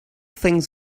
things